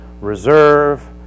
reserve